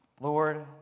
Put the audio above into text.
Lord